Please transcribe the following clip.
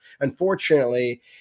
Unfortunately